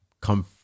come